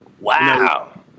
Wow